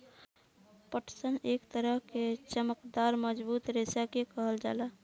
पटसन एक तरह के चमकदार मजबूत रेशा के कहल जाला